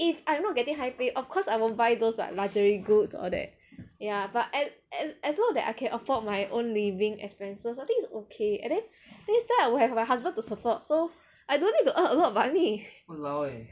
if I'm not getting high pay of course I won't buy those like luxury goods all that yeah but as as long as I can afford my own living expenses I think it's okay and then next time I will have my husband to support so I don't need to earn a lot of money